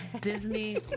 Disney